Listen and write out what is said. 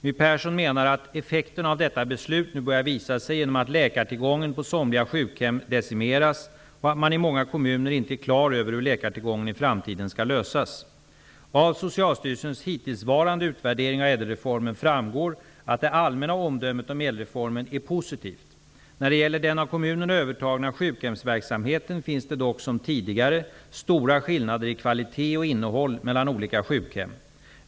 My Persson menar att effekterna av detta beslut nu börjat visa sig genom att läkartillgången på somliga sjukhem decimeras och att man i många kommuner inte är klar över hur läkartillgången i framtiden skall lösas. ÄDEL-reformen framgår att det allmänna omdömet om ÄDEL-reformen är positivt. När det gäller den av kommunerna övertagna sjukhemsverksamheten finns det dock som tidigare stora skillnader i kvalitet och innehåll mellan olika sjukhem.